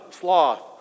sloth